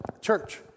Church